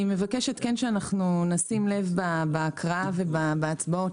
כן מבקשת שנשים לב בהקראה ובהצבעות,